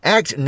Act